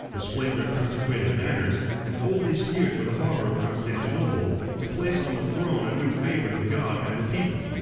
displayed their consecrated banners, and boldly steered for the harbor of constantinople, to place on the throne a new favorite of god and the people.